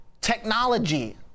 technology